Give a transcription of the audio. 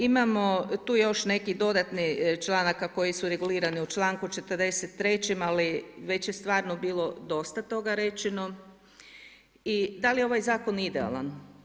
Imamo, tu još nekih dodatnih članaka koji su regulirani u članku 43. ali već je stvarno bilo dosta toga rečeno i da li je ovaj zakon idealan.